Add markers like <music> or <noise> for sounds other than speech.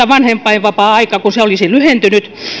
<unintelligible> vanhempainvapaa aika olisi lyhentynyt